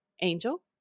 Angel